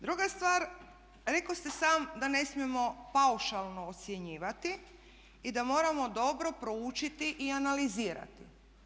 Druga stvar, rekoste sam da ne smijemo paušalno ocjenjivati i da moramo dobro proučiti i analizirati.